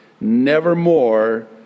Nevermore